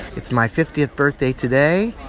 it's my fiftieth birthday today.